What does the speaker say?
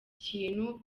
kintu